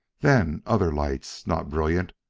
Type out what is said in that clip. then, other lights, not brilliant,